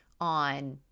on